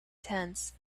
tents